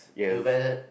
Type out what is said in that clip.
you better